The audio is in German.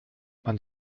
man